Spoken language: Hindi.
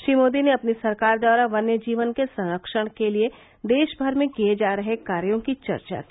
श्री मोदी ने अपनी सरकार द्वारा वन्य जीवन के संरक्षण के लिए देश भर में किये जा रहे कार्यों की चर्चा की